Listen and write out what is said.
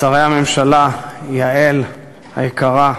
שרי הממשלה, יעל היקרה,